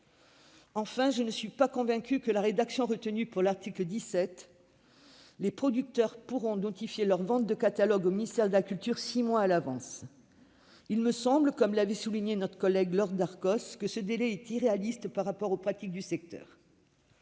Enfin, je ne suis pas convaincue par la rédaction retenue à l'article 17 : les producteurs devront notifier leurs ventes de catalogue au ministère de la culture six mois à l'avance. Il me semble, comme l'avait souligné notre collègue Laure Darcos, que ce délai est irréaliste par rapport aux pratiques du secteur.